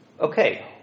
okay